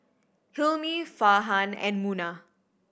Hilmi Farhan and Munah